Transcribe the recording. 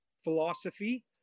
philosophy